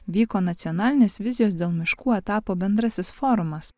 vyko nacionalinės vizijos dėl miškų etapo bendrasis forumas